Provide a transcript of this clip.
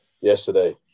yesterday